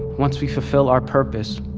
once we fulfill our purpose,